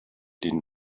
den